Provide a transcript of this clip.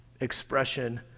expression